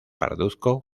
parduzco